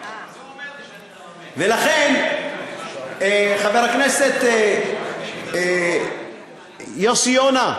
ולכן, חבר הכנסת יוסי יונה,